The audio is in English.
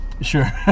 Sure